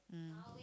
mm